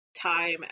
time